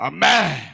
Amen